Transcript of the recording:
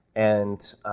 and